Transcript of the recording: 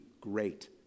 great